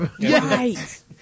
Right